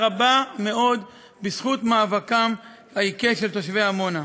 רבה מאוד בזכות מאבקם העיקש של תושבי עמונה.